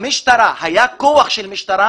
היה כוח של משטרה